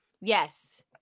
Yes